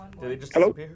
Hello